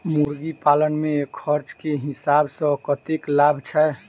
मुर्गी पालन मे खर्च केँ हिसाब सऽ कतेक लाभ छैय?